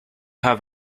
have